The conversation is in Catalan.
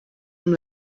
amb